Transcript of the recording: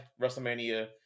WrestleMania